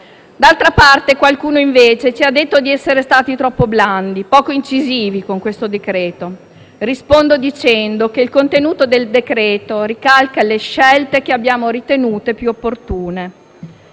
D'altra parte qualcuno invece ci ha detto di essere stati troppo blandi e poco incisivi con il decreto-legge in esame. Rispondo dicendo che il contenuto del decreto-legge ricalca le scelte che abbiamo ritenuto più opportune.